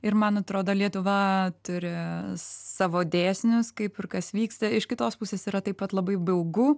ir man atrodo lietuva turi savo dėsnius kaip ir kas vyksta iš kitos pusės yra taip pat labai baugu